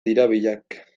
tirabirak